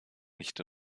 nicht